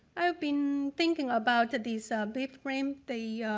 i've been thinking about this bibframe, the